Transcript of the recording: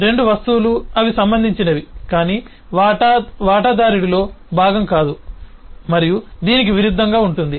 రెండూ వస్తువులు అవి సంబంధించినవి కాని వాటా వాటాదారుడిలో భాగం కాదు మరియు దీనికి విరుద్ధంగా ఉంటుంది